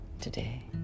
today